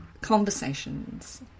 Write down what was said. Conversations